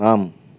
ஆம்